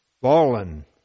fallen